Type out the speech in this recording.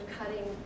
cutting